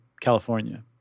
California